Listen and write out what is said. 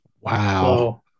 Wow